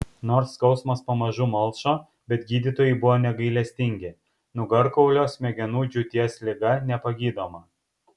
nors skausmas pamažu malšo bet gydytojai buvo negailestingi nugarkaulio smegenų džiūties liga nepagydoma